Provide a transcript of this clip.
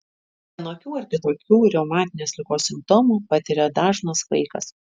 vienokių ar kitokių reumatinės ligos simptomų patiria dažnas vaikas